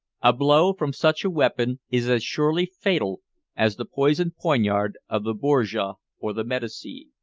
a blow from such a weapon is as surely fatal as the poisoned poignard of the borgia or the medici.